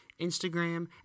Instagram